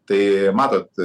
tai matot